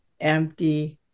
empty